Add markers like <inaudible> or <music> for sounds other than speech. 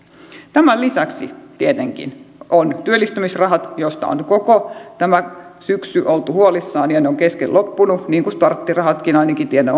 tämän lisäksi tietenkin on työllistymisrahat joista on koko tämä syksy oltu huolissaan ja ne ovat kesken loppuneet niin kuin starttirahatkin ainakin tiedän <unintelligible>